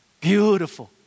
Beautiful